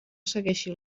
segueixi